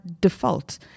default